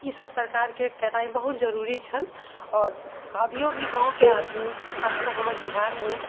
इसब सरकार के केनाइ बहुत जरूरी छनि आओर अभियो भी गाँव के आदमी खास कर हमर बिहार मे